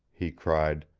he cried,